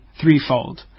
threefold